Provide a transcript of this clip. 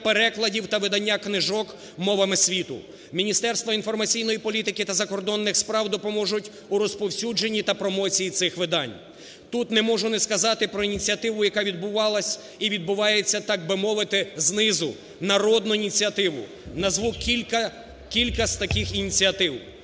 перекладів та видання книжок мовами світу. Міністерства інформаційної політики та закордонних справ допоможуть у розповсюдженні та промоції цих видань. Тут не можу не сказати про ініціативу, яка відбувалася і відбувається, так би мовити знизу, народну ініціативу, назву кілька з таких ініціатив.